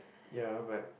ya but